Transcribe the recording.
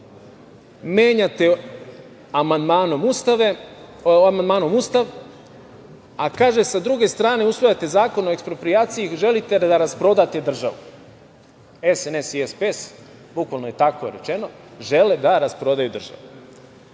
menjate amandmanom Ustav, a sa druge strane usvajate Zakon o eksproprijaciji, želite da rasprodate državu, SNS i SPS, bukvalno je tako rečeno, žele da rasprodaju državu. To